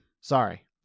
Sorry